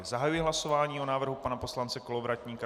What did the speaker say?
Zahajuji hlasování o návrhu pana poslance Kolovratníka.